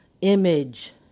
Image